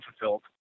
fulfilled